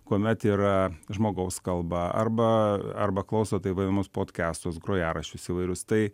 kuomet yra žmogaus kalba arba arba klauso taip vadinamus podkestus grojaraščius įvairius tai